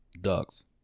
ducks